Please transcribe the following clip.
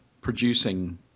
producing